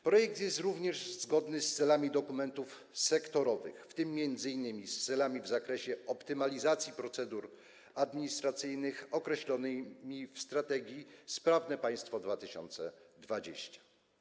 Projekt jest również zgodny z celami dokumentów sektorowych, w tym m.in. z celami w zakresie optymalizacji procedur administracyjnych, określonymi w strategii „Sprawne państwo 2020”